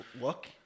look